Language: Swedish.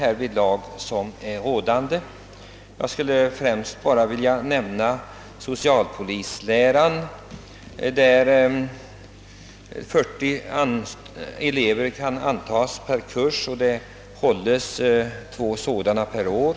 Främst vill jag nämna kurser i socialpolislära, till vilka 40 elever kan antagas per kurs — det hålles två sådana per år.